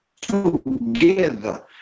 together